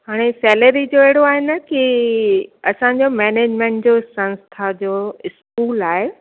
हाणे सैलेरी जो अहिड़ो आहे न की असांजो मेनेजिमेंट जो संस्था जो स्कूल आहे